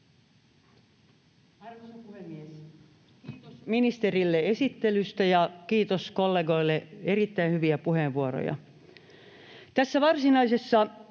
Arvoisa puhemies! Kiitos ministerille esittelystä ja kiitos kollegoille, erittäin hyviä puheenvuoroja.